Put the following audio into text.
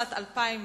התשס"ט 2009,